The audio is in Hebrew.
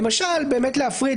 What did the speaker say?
למשל באמת להפריד,